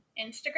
Instagram